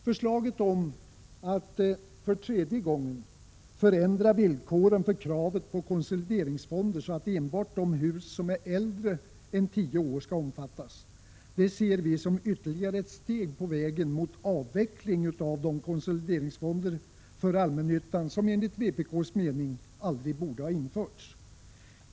Förslaget om att — för tredje gången — förändra villkoren för kravet på konsolideringsfonder, så att enbart de hus som är äldre än tio år skall omfattas, ser vi som ytterligare ett steg på väg mot en avveckling av de konsolideringsfonder för allmännyttan som enligt vpk:s mening aldrig borde ha införts.